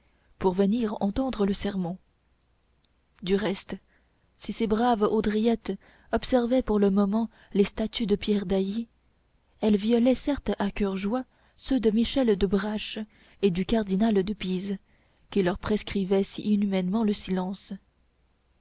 pour venir entendre le sermon du reste si ces braves haudriettes observaient pour le moment les statuts de pierre d'ailly elles violaient certes à coeur joie ceux de michel de brache et du cardinal de pise qui leur prescrivaient si inhumainement le silence